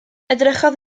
edrychodd